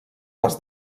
les